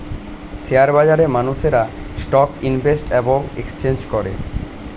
share বাজারে মানুষেরা stock invest এবং এক্সচেঞ্জ করে